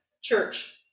Church